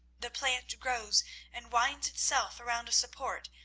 the plant grows and winds itself around a support,